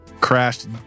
crashed